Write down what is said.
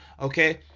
Okay